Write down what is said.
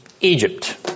Egypt